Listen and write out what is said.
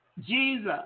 Jesus